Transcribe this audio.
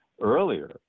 earlier